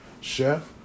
chef